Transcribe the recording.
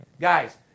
Guys